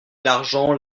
l’argent